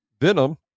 Venom